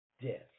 death